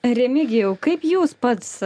remigijau kaip jūs pats